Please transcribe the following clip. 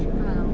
去看啊